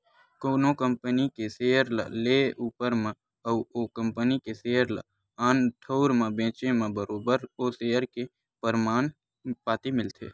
कोनो कंपनी के सेयर ल लेए ऊपर म अउ ओ कंपनी के सेयर ल आन ठउर म बेंचे म बरोबर ओ सेयर के परमान पाती मिलथे